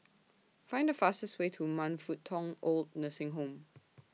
Find The fastest Way to Man Fut Tong Oid Nursing Home